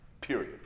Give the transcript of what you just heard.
Period